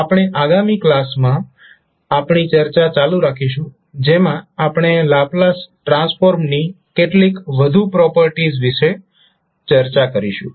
આપણે આગામી કલાસમાં આપણી ચર્ચા ચાલુ રાખીશું જેમાં આપણે લાપ્લાસ ટ્રાન્સફોર્મની કેટલીક વધુ પ્રોપર્ટીઝ વિશે ચર્ચા કરીશું